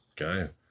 Okay